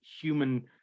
human